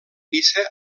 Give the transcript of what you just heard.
missa